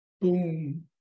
boom